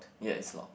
ya it's locked